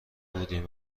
بودیم